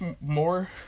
more